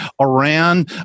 Iran